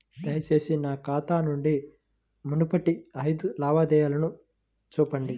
దయచేసి నా ఖాతా నుండి మునుపటి ఐదు లావాదేవీలను చూపండి